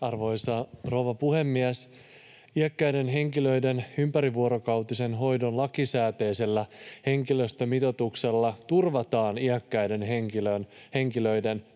Arvoisa rouva puhemies! Iäkkäiden henkilöiden ympärivuorokautisen hoidon lakisääteisellä henkilöstömitoituksella turvataan iäkkäiden henkilöiden